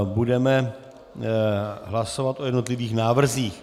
Budeme hlasovat o jednotlivých návrzích.